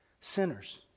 Sinners